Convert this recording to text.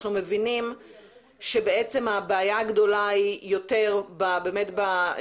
אנחנו מבינים שבעצם הבעיה הגדולה היא יותר בסוגיה